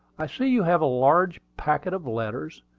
i see you have a large packet of letters,